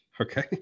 okay